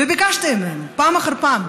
וביקשתי מהם פעם אחר פעם: